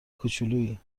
کوچولویی